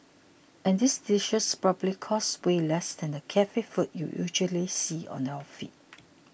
and these dishes probably cost way less than the cafe food you usually see on your feed